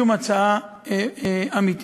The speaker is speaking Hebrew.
שום הצעה אמיתית.